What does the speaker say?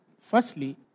firstly